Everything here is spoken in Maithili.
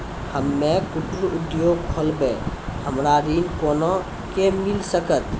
हम्मे कुटीर उद्योग खोलबै हमरा ऋण कोना के मिल सकत?